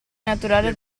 naturale